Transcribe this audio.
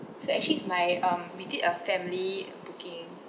so actually is my um we did a family booking